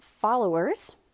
Followers